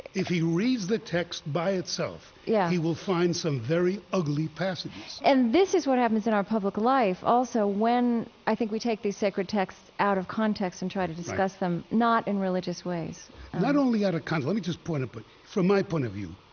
if he reads the text by itself yeah he will find some very ugly passages and this is what happens in our public life also when, i think, we take these sacred texts out of context and try to discuss them not in religious ways ways not only out of cont let me just point up a from my point of view,